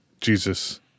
Jesus